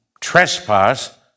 trespass